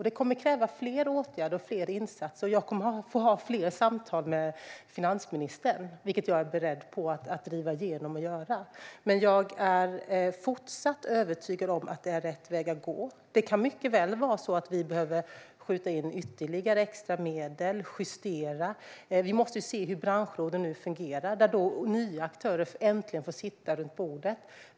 Det kommer att kräva fler åtgärder och fler insatser, och jag kommer att få ha fler samtal med finansministern. Detta är jag beredd att driva igenom och göra. Men jag är fortsatt övertygad om att detta är rätt väg att gå. Det kan mycket väl vara så att vi behöver skjuta till ytterligare medel och justera. Vi måste se hur branschråden fungerar när nya aktörer nu äntligen får sitta runt bordet.